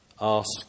Ask